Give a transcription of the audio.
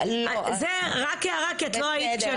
זו רק הערה, כי את לא היית.